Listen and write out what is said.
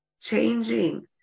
changing